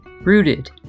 Rooted